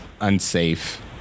unsafe